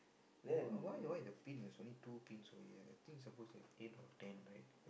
ya but why why the pin is only two pins over here I think it's supposed to have eight or ten right